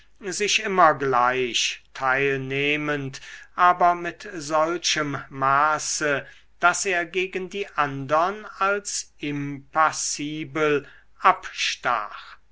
sich immer gleich teilnehmend aber mit solchem maße daß er gegen die andern als impassibel abstach